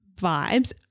vibes